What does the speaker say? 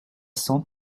cents